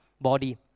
body